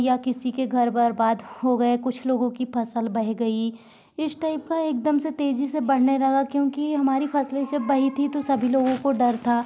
या किसी के घर बर्बाद हो गए कुछ लोगों की फ़सल बह गई इस टाइप का एकदम से तेजी से बढ़ने लगा क्योंकि हमारी फ़सलें जब बही थी तो सभी लोगों को डर था